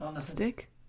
stick